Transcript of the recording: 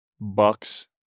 Bucks